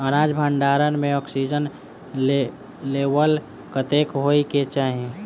अनाज भण्डारण म ऑक्सीजन लेवल कतेक होइ कऽ चाहि?